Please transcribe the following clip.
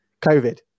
covid